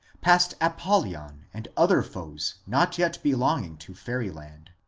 past apouyon and other foes not yet belonging to fairy land.